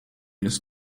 ist